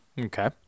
okay